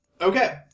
Okay